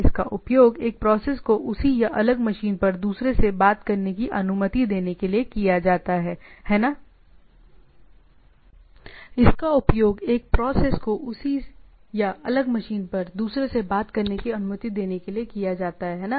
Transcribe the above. इसका उपयोग एक प्रोसेस को उसी या अलग मशीन पर दूसरे से बात करने की अनुमति देने के लिए किया जाता है है ना